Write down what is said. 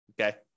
okay